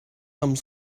some